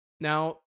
Now